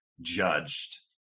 judged